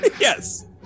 Yes